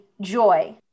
joy